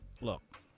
look